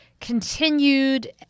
continued